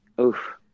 Oof